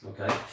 Okay